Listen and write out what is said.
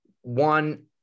One